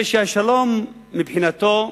זה שהשלום, מבחינתו,